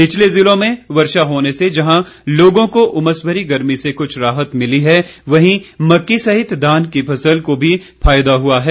निचले जिलों में वर्षा होने से जहां लोगों को उमस भरी गर्मी से कुछ राहत मिली है वहीं मक्की सहित धान की फसल को फायदा हुआ है